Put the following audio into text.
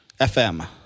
FM